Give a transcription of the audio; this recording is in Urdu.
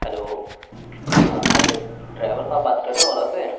ہیلو ہاں ارے ڈرائور صاحب بات کر رہے ہیں اولا سے